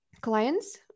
clients